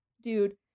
dude